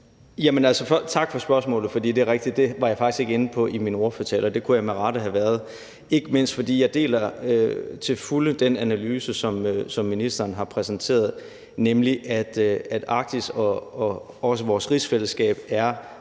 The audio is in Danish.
Tak for spørgsmålet. Det er rigtigt, at det var jeg faktisk ikke inde på i min ordførertale, og det kunne jeg med rette have været, ikke mindst fordi jeg til fulde deler den analyse, som ministeren har præsenteret, nemlig at Arktis og også vores rigsfællesskab er